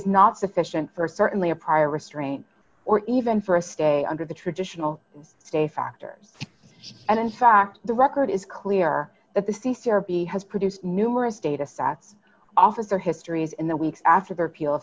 is not sufficient for certainly a prior restraint or even for a stay under the traditional stay factor and in fact the record is clear that the c c r b has produced numerous datasets officer histories in the weeks after the repeal